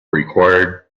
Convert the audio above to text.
required